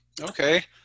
Okay